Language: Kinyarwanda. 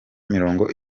mirongo